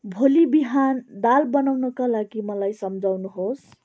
भोलि बिहान दाल बनाउनका लागि मलाई सम्झाउनुहोस्